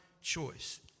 choice